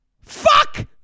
Fuck